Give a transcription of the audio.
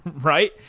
right